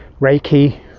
Reiki